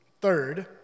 Third